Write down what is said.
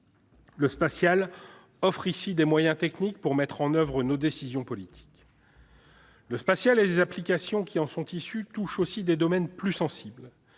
Le spatial offre dans ce domaine des moyens techniques pour mettre en oeuvre nos décisions politiques. Le spatial et les applications qui en sont issues touchent aussi des domaines plus sensibles.